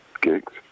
gigs